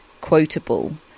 quotable